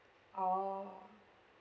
orh